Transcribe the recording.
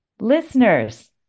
Listeners